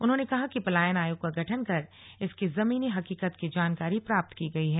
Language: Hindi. उन्होंने कहा कि पलायन आयोग का गठन कर इसकी जमीनी हकीकत की जानकारी प्राप्त की गई है